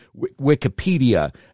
Wikipedia